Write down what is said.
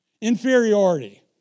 Inferiority